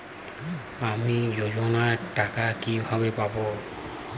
আমি যোজনার টাকা কিভাবে পাবো?